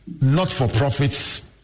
not-for-profits